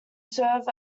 serve